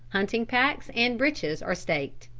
hunting packs and breeches are staked.